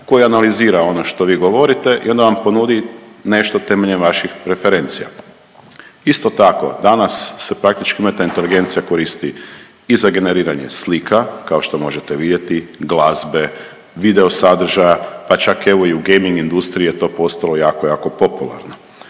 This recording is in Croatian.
koja analizira ono što vi govorite i onda vam ponudi nešto temeljem vaših referencija. Isto tako danas se praktički umjetna inteligencija koristi i za generiranje slika, kao što možete vidjeti glazbe, video sadržaja pa čak evo i u gaming industriji je to postalo jako, jako popularno.